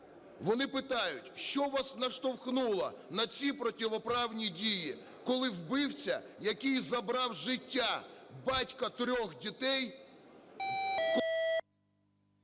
Вони питають: що вас наштовхнуло на ці противоправні дії, коли вбивця, який забрав життя батька трьох дітей...